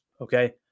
Okay